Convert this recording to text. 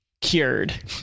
Cured